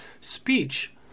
speech